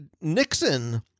Nixon